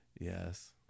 Yes